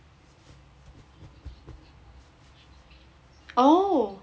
oh